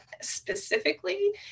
specifically